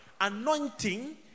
anointing